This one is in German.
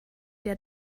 der